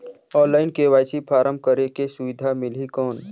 Online KYC form करेके सुविधा मिली कौन?